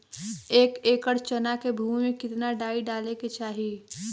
एक एकड़ चना के भूमि में कितना डाई डाले के चाही?